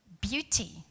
Beauty